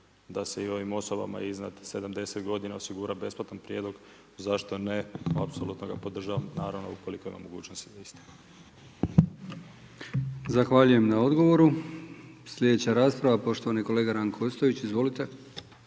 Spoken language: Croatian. da se i ovim osobama iznad 70 godina osigura besplatan pregled. Zašto ne? Apsolutno ga podržavam naravno ukoliko je u mogućnosti … /ne razumije se/… **Brkić, Milijan (HDZ)** Zahvaljujem na odgovoru. Sljedeća rasprava poštovani kolega Ranko Ostojić. Izvolite.